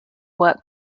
work